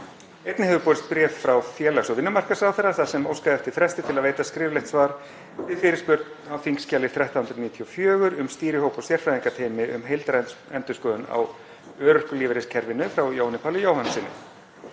Einnig hefur borist bréf frá félags- og vinnumarkaðsráðherra þar sem óskað er eftir fresti til að veita skriflegt svar við fyrirspurn á þskj.1394, um stýrihóp og sérfræðingateymi um heildræna endurskoðun á örorkulífeyriskerfinu, frá Jóhanni Páli Jóhannssyni.